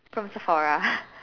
from Sephora